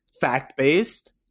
fact-based